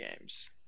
games